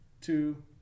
two